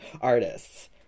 artists